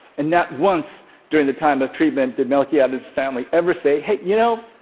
and not once during the time of treatment did melquiades's family ever say, hey, you know,